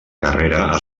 carrera